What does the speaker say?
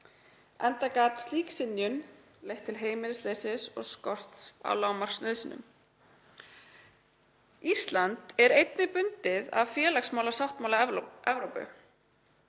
enda gæti slík synjun leitt til heimilisleysis og skorts á lágmarksnauðsynjum. Ísland er einnig bundið af félagsmálasáttmála Evrópu.